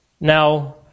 Now